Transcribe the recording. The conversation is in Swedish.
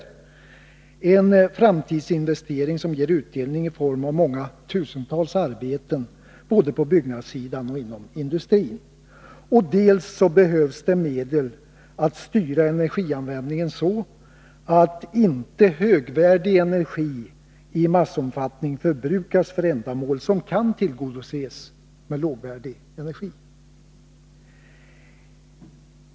Det är en framtidsinvestering, som ger utdelning i form av många tusentals arbeten både på byggnadssidan och inom industrin. Dels behövs det slutligen medel för att styra energianvändningen så, att inte högvärdig energi i massomfattning förbrukas för ändamål som kan tillgodoses med lågvärdig energi.